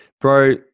Bro